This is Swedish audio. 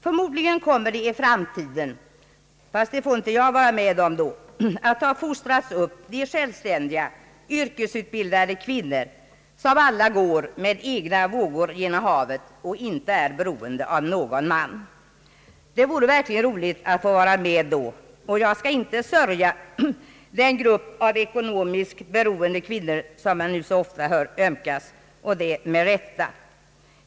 Förmodligen kommer de i framtiden — men det får jag inte vara med om — att ha fostrats upp till självständiga, yrkesutbildade kvinnor, som alla »går med egna vågor genom havet» och inte är beroende av någon man. Det vore verkligen roligt att få vara med då, och jag skall inte sörja den grupp av ekonomiskt beroende kvinnor som nu så ofta blir föremål för medömkan, och det med rätta.